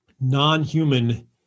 non-human